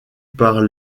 par